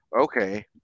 Okay